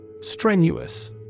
Strenuous